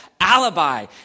alibi